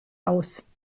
aus